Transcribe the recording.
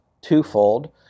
twofold